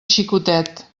xicotet